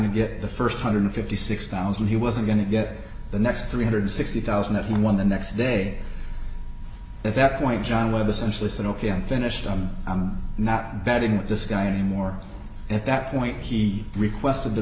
to get the st one hundred and fifty six thousand he wasn't going to get the next three hundred and sixty thousand that one the next day at that point john webb essentially said ok i'm finished i'm not betting with this guy anymore at that point he requested the